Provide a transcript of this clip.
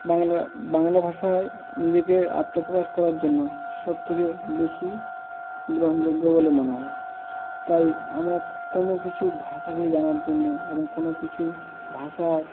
বাংলা বাংলা ভাষায় নিজেকে আত্মপ্রকাশ করার জন্য সব থেকে বেশি গ্রহণযোগ্য বলে মনে হয় তাই আমরা কোনো কিছু ভাষাকে জানার জন্য এবং কোনো কিছু ভাষার